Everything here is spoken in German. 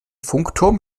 funkturm